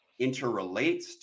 interrelates